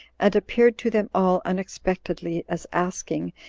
and appeared to them all unexpectedly as asking,